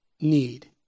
need